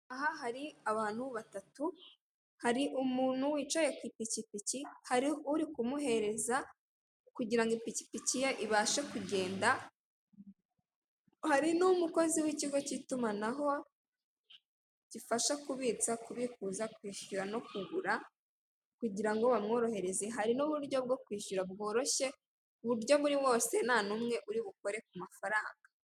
Aha hari abantu batatu, hari umuntu wicaye ku ipikipiki, hari uri ku muhereza kugirango ipikipiki ye ibashe kugenda, hari n'umukozi w'ikigo cy'itumanaho gifasha kubitsa no kubikuza, kwishyura no kugura. Kugirango bamworohereze, hari n'uburyo bwo kwishyura bworoshye uburyo muri bose ntawuri bukore ku mafaranga.